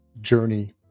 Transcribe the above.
journey